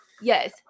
yes